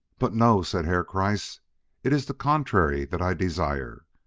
but, no, said herr kreiss it is the contrary that i desire.